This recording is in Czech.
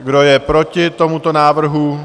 Kdo je proti tomuto návrhu?